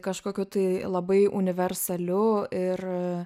kažkokiu tai labai universaliu ir